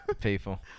people